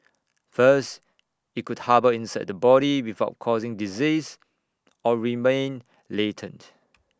first IT could harbour inside the body without causing disease or remain latent